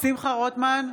שמחה רוטמן,